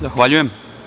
Zahvaljujem.